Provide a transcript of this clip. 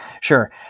Sure